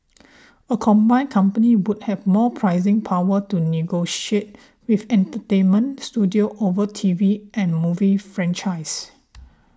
a combined company would have more pricing power to negotiate with entertainment studios over T V and movie franchises